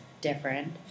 different